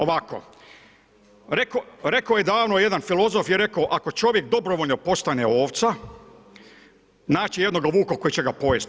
Ovako, rekao je davno jedan filozof ako čovjek dobrovoljno postane ovca, naći jednoga vuka koji će ga pojesti.